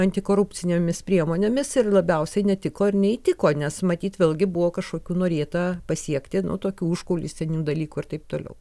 antikorupcinėmis priemonėmis ir labiausiai netiko ir neįtiko nes matyt vėlgi buvo kažkokių norėta pasiekti tokių užkulisinių dalykų ir taip toliau